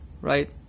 right